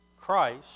Christ